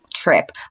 trip